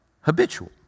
habitual